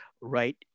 right